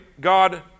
God